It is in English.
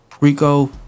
Rico